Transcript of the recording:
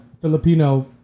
Filipino